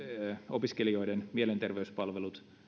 opiskelijoiden mielenterveyspalvelut